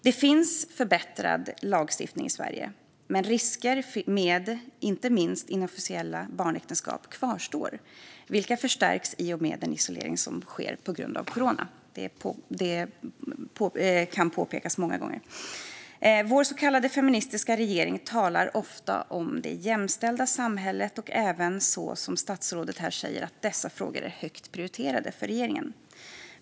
Det finns förbättrad lagstiftning i Sverige, men risker med inte minst inofficiella barnäktenskap kvarstår. Dessa risker förstärks i och med den isolering som sker på grund av corona - detta kan påpekas många gånger. Vår så kallade feministiska regering talar ofta om det jämställda samhället och säger även, som statsrådet gjorde här, att dessa frågor är högt prioriterade för regeringen.